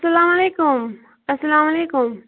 اسلامُ علیکُم اسلامُ علیکُم